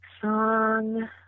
Song